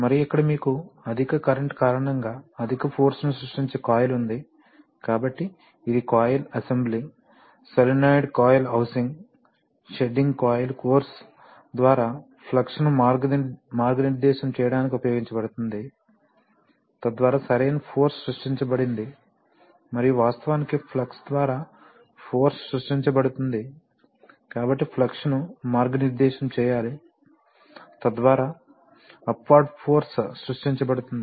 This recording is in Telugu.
మరియు ఇక్కడ మీకు అధిక కరెంట్ కారణంగా అధిక ఫోర్స్ ని సృష్టించే కాయిల్ ఉంది కాబట్టి ఇది coil assembly solenoid coil housing shedding coil కోర్సు ద్వారా ఫ్లక్స్ను మార్గనిర్దేశం చేయడానికి ఉపయోగించబడుతుంది తద్వారా సరైన ఫోర్స్ సృష్టించబడింది మరియు వాస్తవానికి ఫ్లక్స్ ద్వారా ఫోర్స్ సృష్టించబడుతుంది కాబట్టి ఫ్లక్స్ను మార్గనిర్దేశం చేయాలి తద్వారా అప్వార్డ్ ఫోర్స్ సృష్టించబడుతుంది